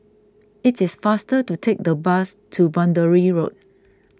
it is faster to take the bus to Boundary Road